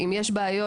אם יש בעיות,